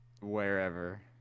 Wherever